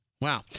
Wow